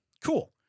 Cool